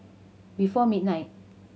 before midnight